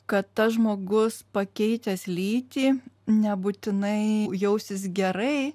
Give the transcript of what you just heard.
kad tas žmogus pakeitęs lytį nebūtinai jausis gerai